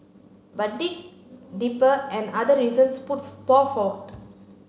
but dig deeper and other reasons put pour forth